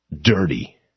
dirty